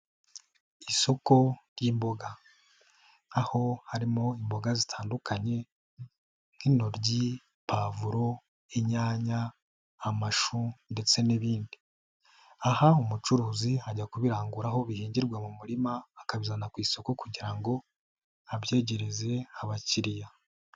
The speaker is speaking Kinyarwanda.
Isoko ry'imboga. Aho harimo imboga zitandukanye nk'intoryi, pavuro, inyanya, amashu ndetse n'ibindi. Aha umucuruzi ajya kubirangura aho bihingirwa mu murima, akabizana ku isoko kugira ngo abyegereze abakiriya.